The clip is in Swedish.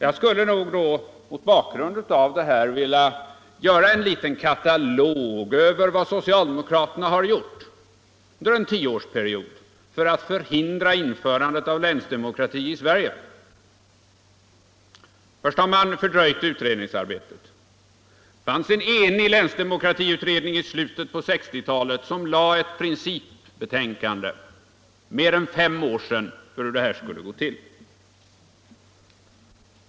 Jag skulle mot bakgrund härav vilja göra en liten katalog över vad socialdemokraterna gjort under en tioårsperiod för att förhindra införandet av länsdemokrati i Sverige. Först har man fördröjt utredningsarbetet. Det fanns en enig länsdemokratiutredning i slutet av 1960-talet, som — för mer än fem år sedan — lade ett principbetänkande om hur detta skulle gå till.